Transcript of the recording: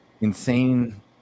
insane